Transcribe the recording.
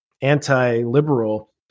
anti-liberal